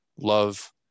love